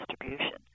distribution